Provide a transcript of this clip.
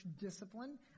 discipline